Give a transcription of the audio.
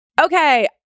okay